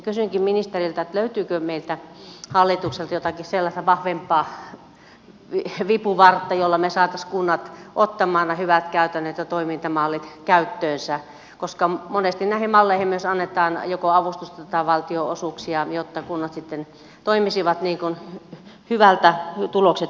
kysynkin ministeriltä löytyykö meiltä hallitukselta jotakin sellaista vahvempaa vipuvartta jolla me saisimme kunnat ottamaan nämä hyvä käytännöt ja toimintamallit käyttöönsä koska monesti näihin malleihin myös annetaan joko avustusta tai valtionosuuksia jotta kunnat sitten toimisivat niin kuin tulokset hyvältä näyttävät